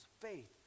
faith